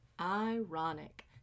ironic